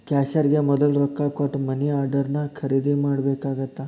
ಕ್ಯಾಶಿಯರ್ಗೆ ಮೊದ್ಲ ರೊಕ್ಕಾ ಕೊಟ್ಟ ಮನಿ ಆರ್ಡರ್ನ ಖರೇದಿ ಮಾಡ್ಬೇಕಾಗತ್ತಾ